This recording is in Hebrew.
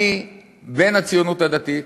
אני בן הציונות הדתית,